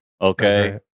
Okay